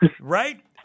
Right